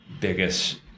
biggest